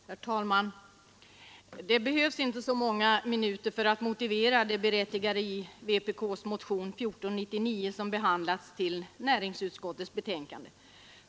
Herr talman! Det behövs inte så många minuter för att motivera det berättigade i vpk:s motion nr 1499 som behandlas i näringsutskottets betänkande.